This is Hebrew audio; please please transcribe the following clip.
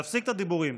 להפסיק את הדיבורים.